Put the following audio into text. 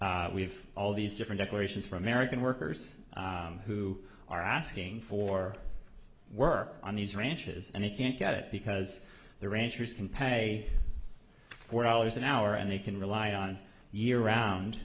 us we've all these different equations for american workers who are asking for work on these ranches and they can't get it because the ranchers can pay four dollars an hour and they can rely on year round